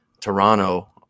Toronto